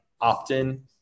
opt-in